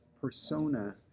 persona